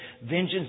vengeance